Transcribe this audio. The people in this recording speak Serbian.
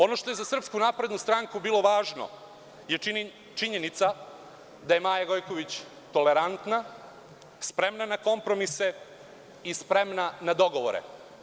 Ono što je SNS bilo važno je činjenica da je Maja Gojković tolerantna, spremna na kompromise i spremna na dogovore.